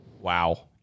Wow